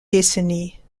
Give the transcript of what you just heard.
décennies